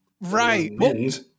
Right